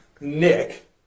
Nick